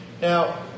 Now